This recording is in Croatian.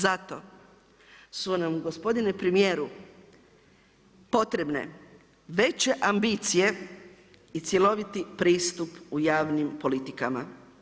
Zato su nam, gospodine premjeru potrebne veće ambicije i cjeloviti pristup u javnim politikama.